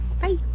Bye